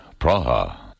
Praha